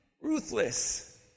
ruthless